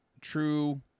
true